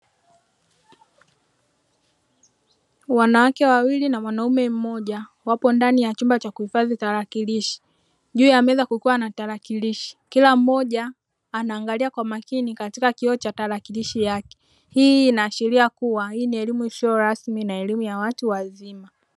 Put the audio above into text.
Wanawake wawili na mwanaume mmoja wapo ndani ya chumba cha kuhifadhi talakilishi juu ya meza kukiwa na talakilishi, kila mmoja anaangalia kwa makini katika kioo cha talakilishi yake hii inaashiria kuwa hii ni elimu isiyorasmi na elimu ya watu wazima.